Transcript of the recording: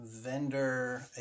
vendor